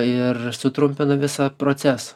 ir sutrumpina visą procesą